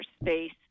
space